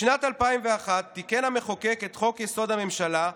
בשנת 2001 תיקן המחוקק את חוק-יסוד: הממשלה,